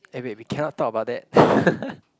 eh wait we cannot talk about that